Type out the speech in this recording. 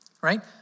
right